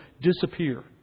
disappear